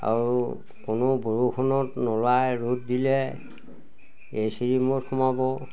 আৰু কোনো বৰষুণত নোলাই ৰ'দ দিলে এ চি ৰূমত সোমাব